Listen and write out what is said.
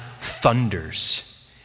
thunders